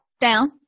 down